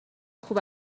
خوب